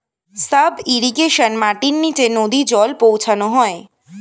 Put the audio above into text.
sub irrigation মাটির নিচে নদী জল পৌঁছানো হয়